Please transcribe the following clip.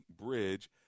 bridge